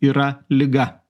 yra liga